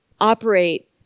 operate